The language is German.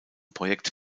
projekt